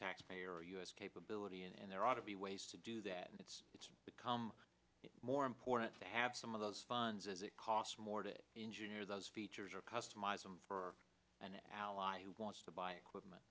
taxpayer u s capability and there ought to be ways to do that and it's it's become more important to have some of those funds as it costs more to engineer those features or customize them for an ally who wants to buy equipment